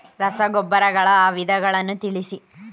ರಸಗೊಬ್ಬರಗಳ ವಿಧಗಳನ್ನು ತಿಳಿಸಿ?